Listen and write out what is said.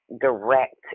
direct